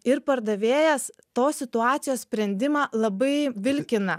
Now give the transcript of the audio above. ir pardavėjas tos situacijos sprendimą labai vilkina